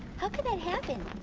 how can that happen?